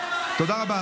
תודה רבה.